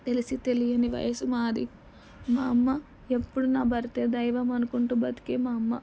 తెలిసి తెలియని వయస్సు మాది మా అమ్మ ఎప్పుడు నా భర్తే దైవం అనుకుంటూ బ్రతికే మా అమ్మ